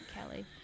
Kelly